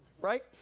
right